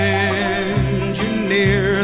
engineer